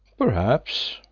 perhaps,